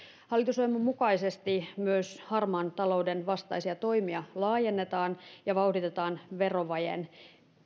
hallitusohjelman mukaisesti myös harmaan talouden vastaisia toimia laajennetaan ja vauhditetaan verovajeen